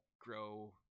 grow